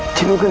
to me